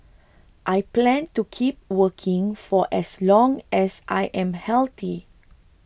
I plan to keep working for as long as I am healthy